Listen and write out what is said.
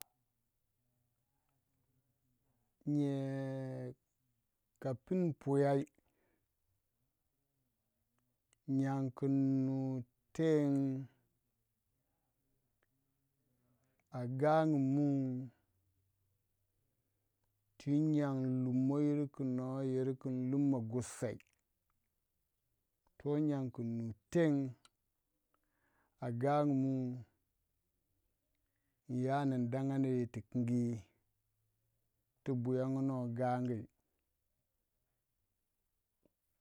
Nye ka pun puyaiy nyan ku nu teng a gangu mu ti nyongu lumoyir ku no yir kin lumoh gusei toh nyangu kun nuy teng. A gongu mu inya ning dangandi yir tikingi tu buyangno gangu.